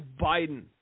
Biden